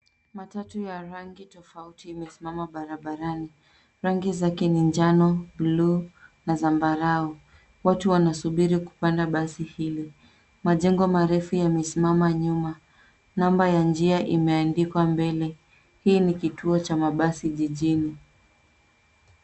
Matatu ya rangi tofauti imesimama barabarani. Rangi zake ni njano, bluu na zambarau. Watu wanasubiri kupanda basi hili. Majengo marefu yamesimama nyuma. Namba ya njia imeandikwa mbele. Hii ni kituo cha mabasi jijini.